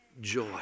joy